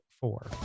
four